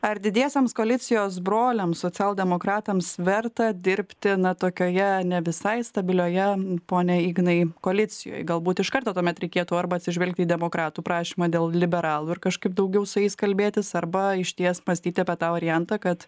ar didiesiems koalicijos broliams socialdemokratams verta dirbti tokioje ne visai stabilioje pone ignai koalicijoj galbūt iš karto tuomet reikėtų arba atsižvelgti į demokratų prašymą dėl liberalų ir kažkaip daugiau su jais kalbėtis arba išties mąstyti apie tą variantą kad